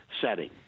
setting